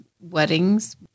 weddings